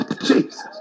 Jesus